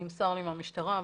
נמסר לי מהמשטרה,